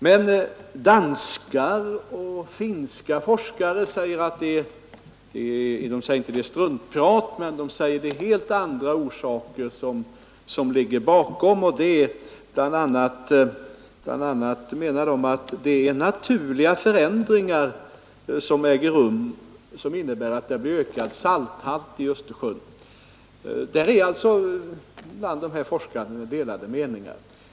Men danska och finska forskare säger att det är helt andra orsaker som ligger bakom. De menar bl.a. att det är naturliga förändringar som äger rum och som innebär att salthalten ökar i Östersjön. Bland dessa forskare råder alltså delade meningar.